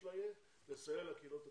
תפקידה יהיה לסייע לקהילות הקטנות,